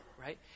right